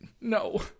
No